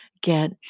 get